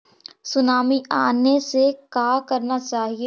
Tsunami आने से का करना चाहिए?